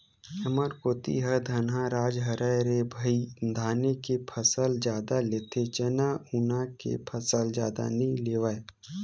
हमर कोती ह धनहा राज हरय रे भई धाने के फसल जादा लेथे चना उना के फसल जादा नइ लेवय